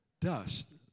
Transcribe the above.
dust